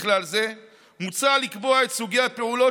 בכלל זה מוצע לקבוע את סוגי הפעולות